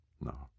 No